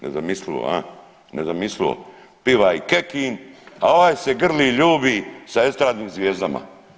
Nezamislivo, a, nezamislivo, piva i Kekin, a ovaj se grli ljubi sa estradnim zvijezdama.